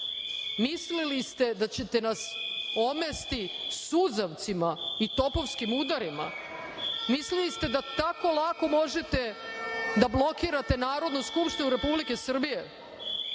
mislili ste da ćete nas omesti suzavcima i topovskim udarima, mislili ste da tako lako možete da blokirate Narodnu skupštinu Republike Srbije,